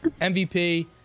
mvp